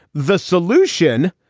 the solution.